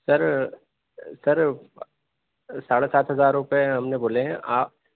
سر sir ساڑھے سات ہزار روپے ہم نے بولے ہیں آ